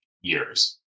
years